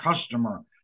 customer